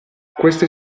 queste